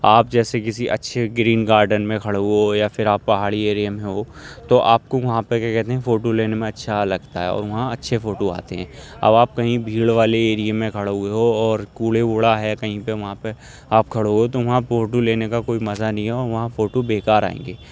آپ جیسے کسی اچھے گرین گارڈن میں کھڑے ہوئے ہو یا پھر آپ پہاڑی ایریے میں ہو تو آپ کو وہاں پہ کیا کہتے ہیں فوٹو لینے میں اچھا لگتا ہے اور وہاں اچھے فوٹو آتے ہیں اب آپ کہیں بھیڑ والے ایریے میں کھڑے ہوئے ہو اور کوڑے ووڑا ہے کہیں پہ وہاں پہ آپ کھڑے ہو تو وہاں فوٹو لینے کا کوئی مزہ نہیں ہے اور وہاں فوٹو بے کار آئیں گے